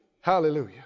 Hallelujah